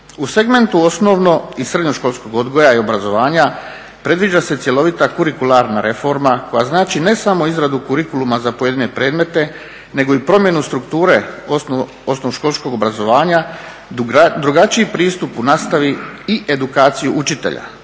U segmentu osnovno i srednjoškolskog odgoja i obrazovanja predviđa se cjelovita kurikularna reforma koja znači ne samo izradu kurikuluma za pojedine predmete, nego i promjenu strukture osnovnoškolskog obrazovanja, drugačiji pristup u nastavi i edukaciju učitelja,